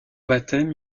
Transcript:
baptême